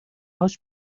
هاش